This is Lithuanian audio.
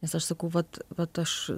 nes aš sakau vat vat aš